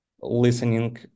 listening